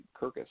Kirkus